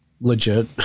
legit